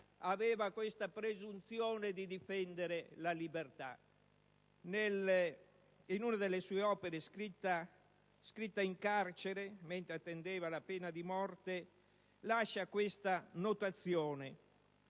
aveva questa presunzione di difendere la libertà. In una delle sue opere scritte in carcere mentre attendeva la pena di morte lascia questa notazione: